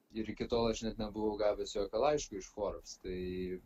ir iki tol aš net nebuvau gavęs jokio laiško iš forbes tai